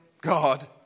God